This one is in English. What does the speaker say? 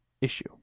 issue